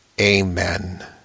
amen